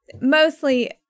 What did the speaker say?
Mostly